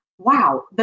wow